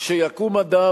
שיקום אדם,